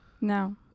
No